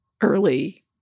early